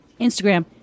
Instagram